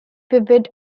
vivid